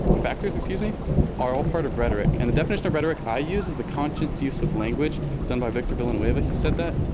factors, excuse me are all part of rhetoric. and the definition of rhetoric i use is the conscious use of language done by victor villanueva, he said that.